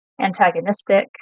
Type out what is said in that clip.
antagonistic